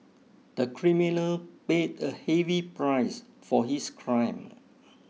the criminal paid a heavy price for his crime